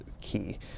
key